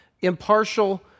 impartial